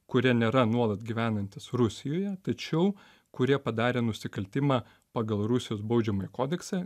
kurie nėra nuolat gyvenantys rusijoje tačiau kurie padarė nusikaltimą pagal rusijos baudžiamąjį kodeksą